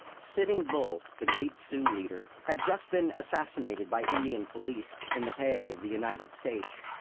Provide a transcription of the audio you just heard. sitting bull, the great sioux leader, had just been assassinated by indian police in the pay of the united states,